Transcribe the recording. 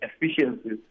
efficiencies